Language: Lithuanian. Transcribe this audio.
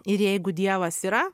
ir jeigu dievas yra